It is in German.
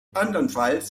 anderenfalls